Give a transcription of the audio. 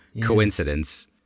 coincidence